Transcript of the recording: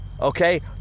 okay